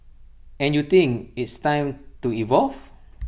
and you think it's time to evolve